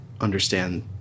understand